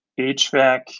HVAC